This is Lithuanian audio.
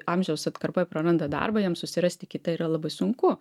amžiaus atkarpoj praranda darbą jam susirasti kitą yra labai sunku